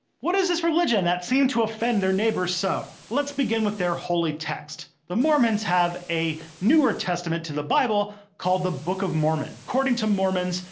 what is this religion that seemed to offend their neighbours so? let's begin with their holy text. the mormons have a newer testament to the bible called the book of mormon. according to mormons,